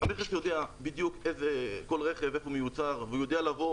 אני רק יודע כל רכב איפה הוא מיוצר והוא יודע לבוא